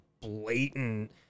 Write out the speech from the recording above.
blatant